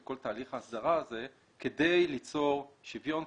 כל תהליך ההסדרה הזה כדי ליצור שוויון,